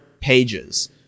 pages